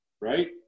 right